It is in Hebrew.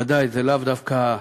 בוודאי, זה לאו דווקא,